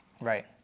Right